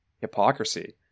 hypocrisy